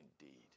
indeed